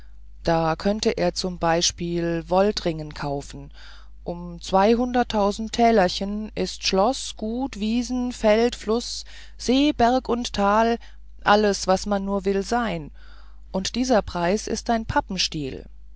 da könnte er zum beispiel woldringen kaufen um zweimalhunderttausend tälerchen ist schloß gut wiesen feld fluß see berg und tal alles was man nur will sein und dieser preis ist ein pappenstiel